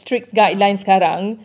ya